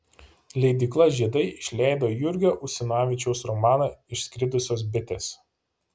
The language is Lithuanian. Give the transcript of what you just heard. leidykla žiedai išleido jurgio usinavičiaus romaną išskridusios bitės